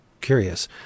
Curious